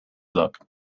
luck